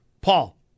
Paul